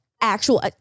actual